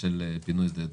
של פינוי שדה דב.